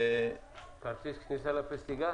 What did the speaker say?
כרטיס כניסה לפסטיגל?